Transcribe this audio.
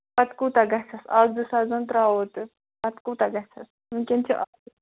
پَتہٕ کوٗتاہ گَژھٮ۪س اَکھ زٕ ساس زَن ترٛاوَو تہِ پَتہٕ کوٗتاہ گَژھٮ۪س ؤنکٮ۪ن چھِ